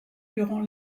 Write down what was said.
durant